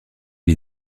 lie